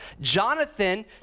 Jonathan